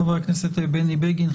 חבר הכנסת בני בגין,